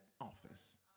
office